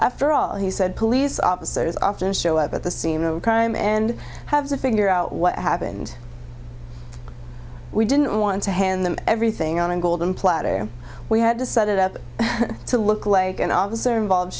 after all he said police officers often show up at the scene of a crime and have to figure out what happened we didn't want to hand them everything on a golden platter and we had to set it up to look like an officer involve